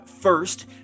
first